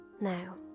now